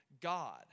God